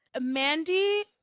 Mandy